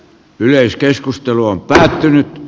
yleiskeskustelu on päätynyt